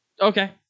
Okay